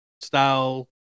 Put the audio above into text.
style